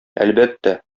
әлбәттә